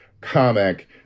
comic